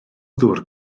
ddŵr